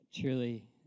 truly